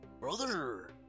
Brother